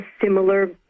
similar